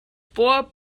four